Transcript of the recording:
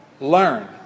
learn